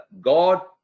God